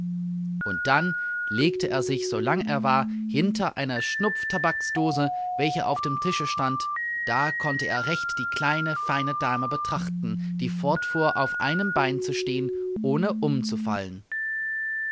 und dann legte er sich so lang er war hinter eine schnupftabaksdose welche auf dem tische stand da konnte er recht die kleine feine dame betrachten die fortfuhr auf einem bein zu stehen ohne umzufallen